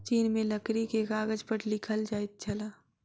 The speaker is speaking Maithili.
चीन में लकड़ी के कागज पर लिखल जाइत छल